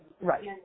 right